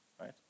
right